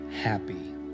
happy